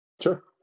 Sure